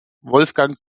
wolfgang